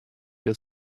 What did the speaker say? your